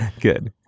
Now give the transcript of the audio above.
Good